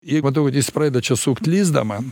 jei matau kad jis pradeda čia sukt lizdą man